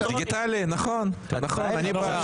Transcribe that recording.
נכון, אני בעד.